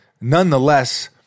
nonetheless